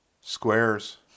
Squares